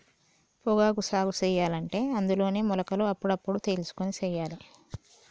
పొగాకు సాగు సెయ్యలంటే అందులోనే మొలకలు అప్పుడప్పుడు తెలుసుకొని సెయ్యాలే